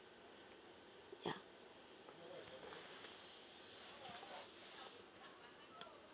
ya